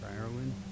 Ireland